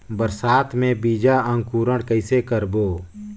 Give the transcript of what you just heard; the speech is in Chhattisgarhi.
बरसात मे बीजा अंकुरण कइसे करबो?